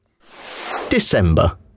December